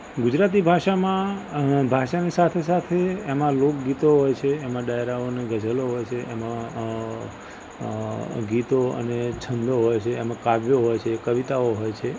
ગુજરાતી ભાષામાં ભાષાની સાથે સાથે એમાં લોકગીતો હોય છે એમાં ડાયરાઓ અને ગઝલો હોય છે એમાં અ ગીતો અને છંદો હોય છે એમાં કાવ્યો હોય છે કવિતાઓ હોય છે